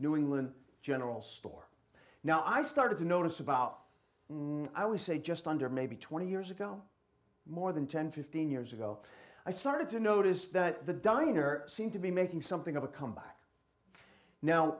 new england general store now i started to notice about i would say just under maybe twenty years ago more than one thousand and fifteen years ago i started to notice that the diner seemed to be making something of a comeback now